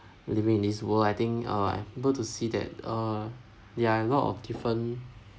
living in this world I think uh I'm able to see that uh there're a lot of different